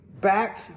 back